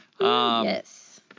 Yes